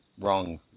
wrong